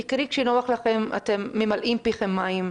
יקירי, כשנוח לכם אתם ממלאים פיכם מים.